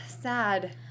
sad